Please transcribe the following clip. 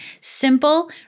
simple